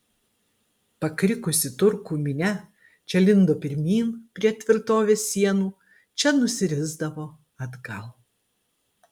pakrikusi turkų minia čia lindo pirmyn prie tvirtovės sienų čia nusirisdavo atgal